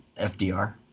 FDR